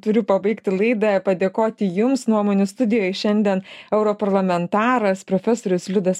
turiu pabaigti laidą padėkoti jums nuomonių studijoj šiandien europarlamentaras profesorius liudas